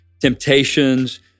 temptations